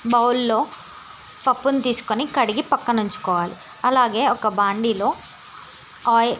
బౌల్లో పప్పును తీసుకుని కడిగి పక్కన ఉంచుకోవాలి అలాగే ఒక బాణలిలో ఆయిల్